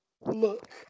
look